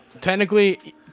technically